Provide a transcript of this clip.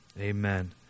amen